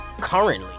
currently